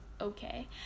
Okay